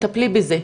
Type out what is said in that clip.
תטפלי בזה".